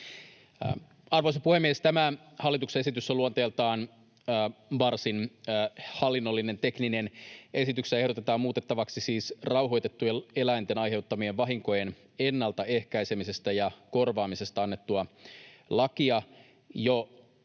Arvoisa puhemies! Tämä hallituksen esitys on luonteeltaan varsin hallinnollinen ja tekninen. Esityksessä siis ehdotetaan muutettavaksi rauhoitettujen eläinten aiheuttamien vahinkojen ennalta ehkäisemisestä ja korvaamisesta annettua lakia. Jo